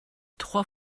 trois